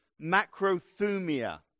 macrothumia